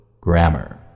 Grammar